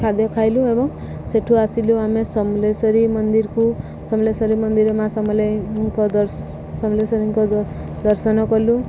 ଖାଦ୍ୟ ଖାଇଲୁ ଏବଂ ସେଇଠୁ ଆସିଲୁ ଆମେ ସମଲେଶ୍ୱେରୀ ମନ୍ଦିରକୁ ସମଲେଶ୍ୱେରୀ ମନ୍ଦିର ମା' ସମଲେଇଙ୍କ ସମଲେଶ୍ୱରୀଙ୍କ ଦର୍ଶନ କଲୁ